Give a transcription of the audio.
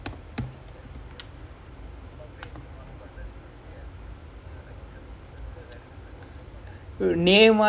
I mean look at the players lah like murpas and nemas legit has err the total value is like almost some of the scores values lah